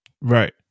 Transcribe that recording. right